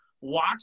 watch